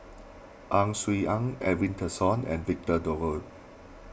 Ang Swee Aun Edwin Tessensohn and Victor Doggett